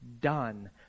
done